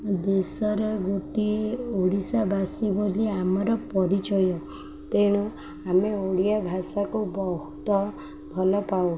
ଦେଶରେ ଗୋଟିଏ ଓଡ଼ିଶାବାସୀ ବୋଲି ଆମର ପରିଚୟ ତେଣୁ ଆମେ ଓଡ଼ିଆ ଭାଷାକୁ ବହୁତ ଭଲ ପାଉ